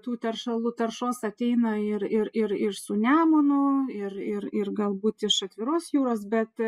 tų teršalų taršos ateina ir ir ir ir su nemunu ir ir ir galbūt iš atviros jūros bet